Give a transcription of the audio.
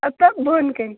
مطلب بۄنہٕ کٔنہِ